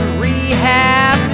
rehab